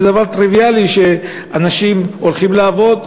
זה דבר טריוויאלי שאנשים הולכים לעבוד,